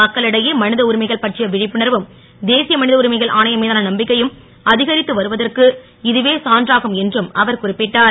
மக்களிடையே ம த உரிமைகள் பற்றிய வி ப்புணர்வும் தேசிய ம த உரிமைகள் ஆணையம் மீதான நம்பிக்கையும் அ கரித்து வருவதற்கு இதுவே சான்றுகும் என்றும் அவர் குறிப்பிட்டார்